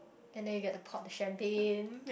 and then you get to pop the champagne